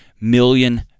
million